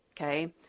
okay